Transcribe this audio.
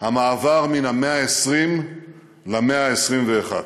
המעבר מן המאה ה-20 למאה ה-21.